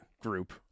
group